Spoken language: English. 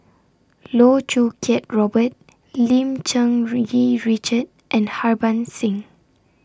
Loh Choo Kiat Robert Lim Cherng Yih Richard and Harbans Singh